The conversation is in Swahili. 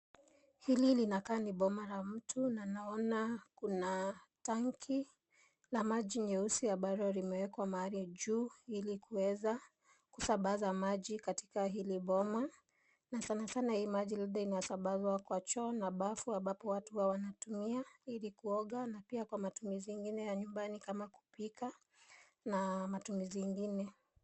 Hili linakaa ni boma la mtu na naona kuna tanki la maji nyeusi ambalo limekwa mahali juu ili kuweza kusambaza maji katika hili boma na sana sana hii maji labda inasambazwa kwa choo na bafu ambapo watu wanatumia ili kuoga na pia kwa matumizi ingine ya nyumbani kama kupika na matumizi ingine.